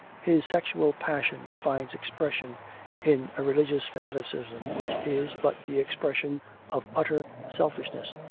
his sexual passion finds expression in a religious fanaticism which is but the expression of utter selfishness,